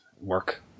work